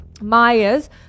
Myers